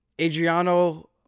Adriano